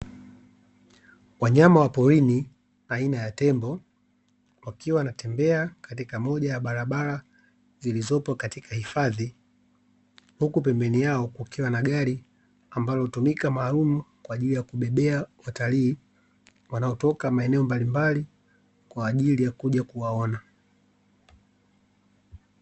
Wanyama wa porini aina ya tembo wakiwa wanatembea katika moja ya barabara zilizopo katika hifadhi huku penbeni yao kukiwa na gari ambalo hutumika maalumu kwa ajili ya kubebea watalii wanaotoka maeneo mbalimbali kwa ajili ya kuja kuwaona.